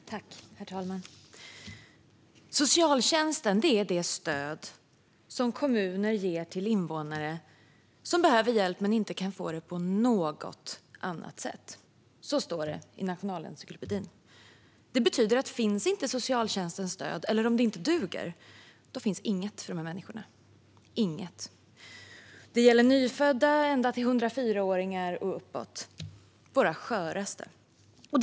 Herr talman! "Socialtjänst är det stöd som kommunen ger till invånare som behöver hjälp och inte kan få det på något annat sätt." Så står det i Nationalencyklopedin . Det betyder att om inte Socialtjänstens stöd finns eller om det inte duger, då finns inget för de här människorna - inget. Det gäller nyfödda ända till 104-åringar och uppåt, våra sköraste. Herr talman!